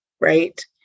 right